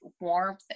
warmth